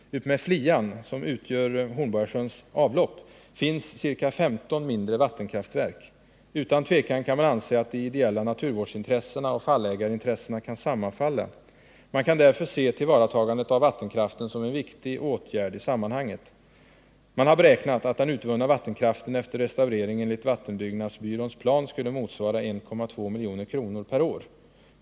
Utmed Flian, som utgör Hornborgasjöns avlopp, finns ca 15 mindre vattenkraftverk. Utan tvivel kan man anse att de ideella naturvårdsintressena och fallägarintressena kan sammanfalla. Man kan därför se tillvaratagandet av vattenkraften som en viktig åtgärd i sammanhanget. Man har beräknat att den utvunna vattenkraften efter restaurering enligt vattenbyggnadsbyråns plan skulle motsvara 1,2 milj.kr. per år.